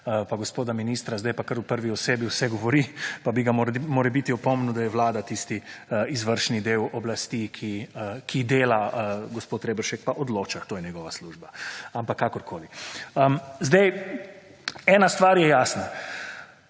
pa gospoda ministra sedaj pa, kar v prvi osebi vse govori pa bi ga morebiti opomnil, da je Vlada tisti izvršni del oblasti, ki dela gospod Reberšek pa odloča, to je njegova služba, ampak kakorkoli. Sedaj ena stvar je jasna